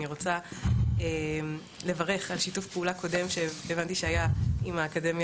אני רוצה לברך על שיתוף פעולה קודם שהבנתי שהיה עם האקדמיה